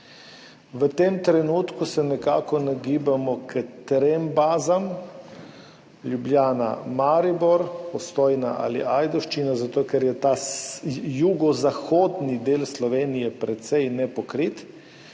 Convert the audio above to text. V tem trenutku se nekako nagibamo k trem bazam, Ljubljana, Maribor, Postojna ali Ajdovščina zato, ker je ta jugozahodni del Slovenije precej nepokrit.